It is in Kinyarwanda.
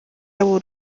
yabo